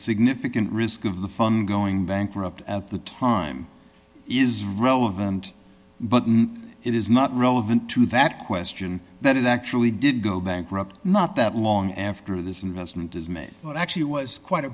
significant risk of the fund going bankrupt at the time is relevant but it is not relevant to that question that it actually did go bankrupt not that long after this investment is made what actually was quite a